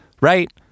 right